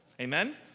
Amen